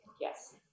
Yes